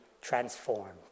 transformed